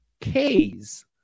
k's